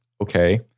okay